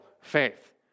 faith